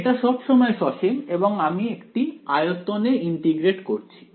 এটা সবসময় সসীম এবং আমি একটি আয়তনে ইন্টিগ্রেট করছি